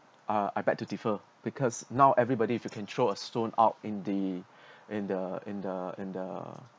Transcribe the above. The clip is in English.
uh I beg to differ because now everybody if you can throw a stone out in the in the in the in the